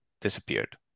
disappeared